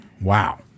Wow